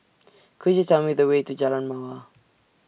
Could YOU Tell Me The Way to Jalan Mawar